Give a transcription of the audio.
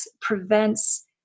prevents